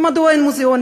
מדוע אין מוזיאונים?